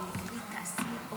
ואני בהחלט מתכוון